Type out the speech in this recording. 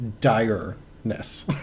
dire-ness